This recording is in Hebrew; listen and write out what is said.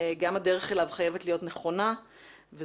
גם הדרך אליו חייבת להיות נכונה וזאת